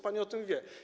Pani o tym wie.